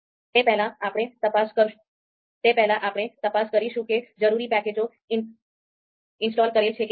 તો પેહલા આપણે તપાસ કરીશું કે જરૂરી પેકેજો ઇન્સ્ટોલ કરેલા છે કે નહીં